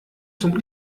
zum